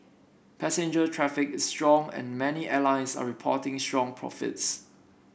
passenger traffic is strong and many airlines are reporting strong profits